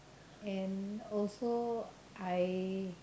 and also I